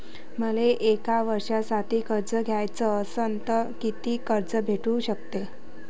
मले एक वर्षासाठी कर्ज घ्याचं असनं त कितीक कर्ज भेटू शकते?